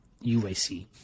UAC